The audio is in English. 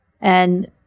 And-